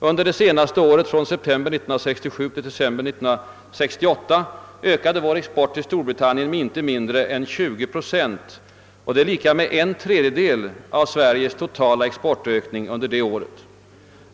Under det senaste året — från september 1967 till september 1968 — ökade vår export till Storbritannien med inte mindre än 20 procent, vilket utgör en tredjedel av vår totala exportökning under den tiden.